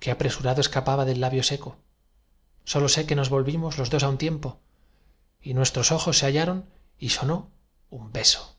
que apresurado escapaba del labio seco sólo sé que nos volvimos los dos á un tiempo y nuestros ojos se hallaron y sonó un beso